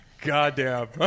Goddamn